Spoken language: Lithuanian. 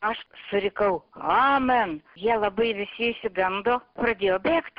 aš surikau amen jie labai visi išsigando pradėjo bėgt